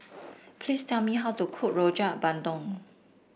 please tell me how to cook Rojak Bandung